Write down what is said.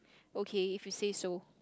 okay if you say so